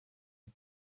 had